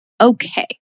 Okay